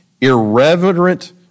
irreverent